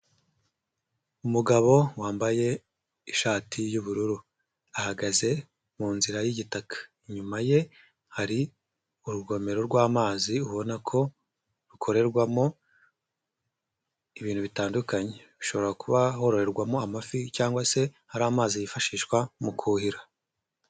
Umugabo wambaye ishati y'ubururu ahagaze mu nzira y'igitaka, inyuma ye hari urugomero rw'amazi ubona ko rukorerwamo ibintu bitandukanye, hashobora kuba hororerwamo amafi cyangwa se hari amazi yifashishwa mu kuhira.